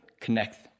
connect